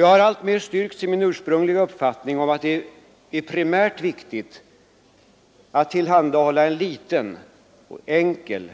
Jag har alltmer styrkts i min ursprungliga uppfattning att det är primärt riktigt att tillhandahålla en liten, enkel